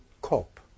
cope